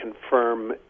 confirm